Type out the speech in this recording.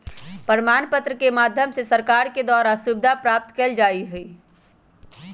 प्रमाण पत्र के माध्यम से सरकार के द्वारा सुविधा प्राप्त कइल जा हई